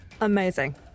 Amazing